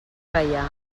gaià